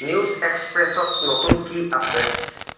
news এক্সপ্ৰেছত নতুন কি আছে